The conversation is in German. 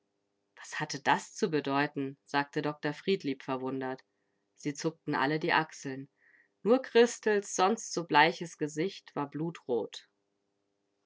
was hatte das zu bedeuten sagte dr friedlieb verwundert sie zuckten alle die achseln nur christels sonst so bleiches gesicht war blutrot